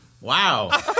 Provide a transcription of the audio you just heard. Wow